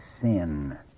sin